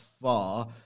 far